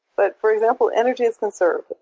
but for example, energy is conserved.